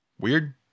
Weird